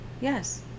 yes